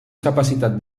capacitat